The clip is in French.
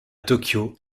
tokyo